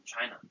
China